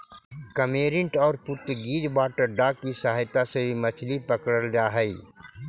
cormorant और Portuguese water dog की सहायता से भी मछली पकड़रल जा हई